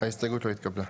ההסתייגות לא התקבלה.